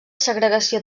segregació